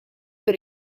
per